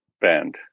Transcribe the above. Band